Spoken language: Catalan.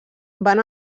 van